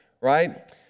right